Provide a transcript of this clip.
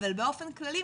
אבל באופן כללי,